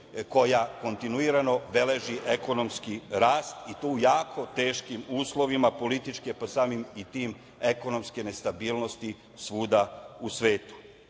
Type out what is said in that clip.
koja kontinuirano beleži ekonomski rast i to u jako teškim uslovima političke, pa samim tim i ekonomske nestabilnosti svuda u svetu. Na